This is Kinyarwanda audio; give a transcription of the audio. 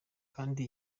kandi